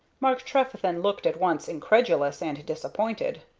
mark trefethen looked at once incredulous and disappointed.